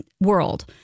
world